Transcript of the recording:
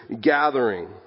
gathering